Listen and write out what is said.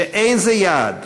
שאין זה יעד,